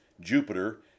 Jupiter